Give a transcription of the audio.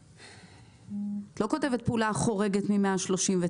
את לא כותבת פעולה החורגת מ-139.